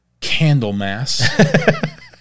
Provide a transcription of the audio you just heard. Candlemass